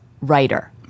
writer